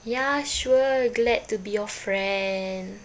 ya sure glad to be your friend